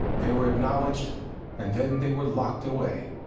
they were acknowledged and then they were locked away,